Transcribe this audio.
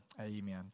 amen